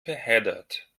verheddert